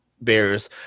Bears